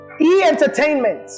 E-Entertainment